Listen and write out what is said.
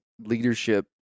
leadership